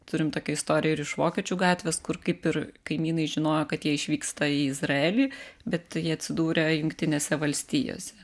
turim tokią istoriją ir iš vokiečių gatvės kur kaip ir kaimynai žinojo kad jie išvyksta į izraelį bet jie atsidūrė jungtinėse valstijose